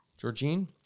Georgine